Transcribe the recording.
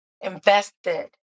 invested